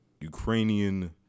Ukrainian